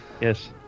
Yes